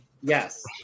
Yes